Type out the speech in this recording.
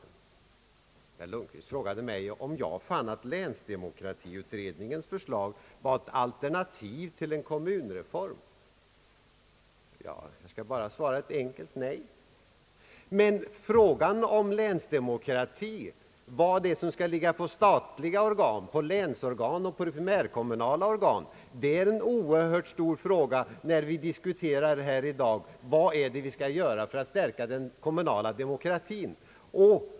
Herr Lundkvist frågade mig om jag fann att länsdemokratiutredningens förslag borde vara ett alternativ till kommunindelningsreformen. Jag skall bara svara ett enkelt nej. Men frågan om vad som skall ligga på statliga organ, på länsorgan och primärkommunala or gan är mycket väsentlig, när vi i dag diskuterar vad det är vi skall göra för alt stärka den kommunala demokratin.